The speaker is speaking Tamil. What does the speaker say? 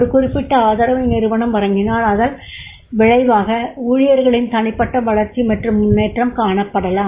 ஒரு குறிப்பிட்ட ஆதரவை நிறுவனம் வழங்கினால் அதன் விளைவாக ஊழியர்களின் தனிப்பட்ட வளர்ச்சி மற்றும் முன்னேற்றம் காணப்பெறலாம்